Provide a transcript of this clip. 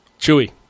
Chewy